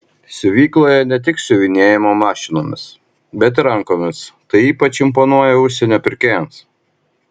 siuvykloje ne tik siuvinėjama mašinomis bet ir rankomis tai ypač imponuoja užsienio pirkėjams